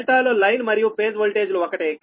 డెల్టాలో లైను మరియు phase voltage లు ఒకటే